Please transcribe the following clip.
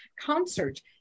concert